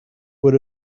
what